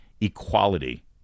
equality